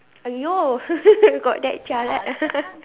no got that jialat